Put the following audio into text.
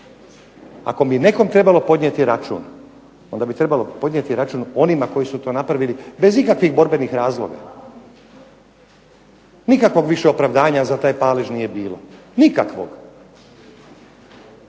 ako bi nekom trebalo podnijeti račun, onda bi trebali podnijeti račun onima koji su to napravili bez ikakvog razloga. Nikakvog više opravdanja za taj palež nije bilo, nikakvog.